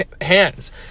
hands